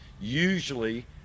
usually